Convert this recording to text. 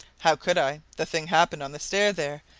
how could i? the thing happened on the stair there,